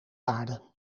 aarde